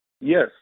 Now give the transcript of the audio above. Yes